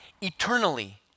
eternally